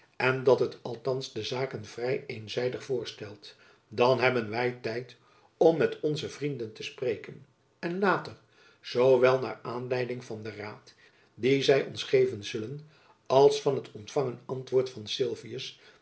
en dat het althands de zaken vrij eenzijdig voorstelt dan hebben wy tijd om met onze vrienden te spreken en later zoo wel naar aanleiding van den raad dien zy ons geven zullen als van het ontfangen antwoord van sylvius